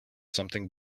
something